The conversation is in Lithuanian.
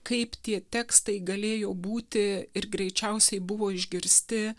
kaip tie tekstai galėjo būti ir greičiausiai buvo išgirsti